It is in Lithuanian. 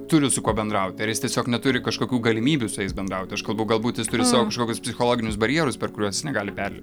turi su kuo bendraut ar jis tiesiog neturi kažkokių galimybių su jais bendraut aš kalbu galbūt jis turi savo kažkokius psichologinius barjerus per kuriuos jis negali perlip